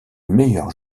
meilleur